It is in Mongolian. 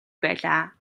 байлаа